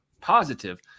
positive